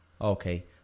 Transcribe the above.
Okay